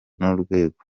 n’urwego